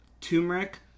turmeric